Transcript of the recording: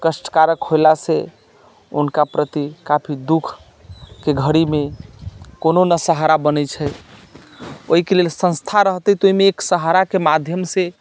कष्ट कारक होयलासँ हुनका प्रति काफी दुःखके घड़ीमे कोनो नहि सहारा बनैत छै ओहिके लेल सँस्था रहतै तऽ ओहिमे एक सहाराके माध्यमसँ